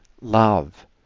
Love